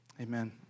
Amen